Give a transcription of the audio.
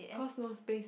cause no space